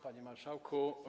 Panie Marszałku!